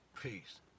Peace